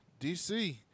DC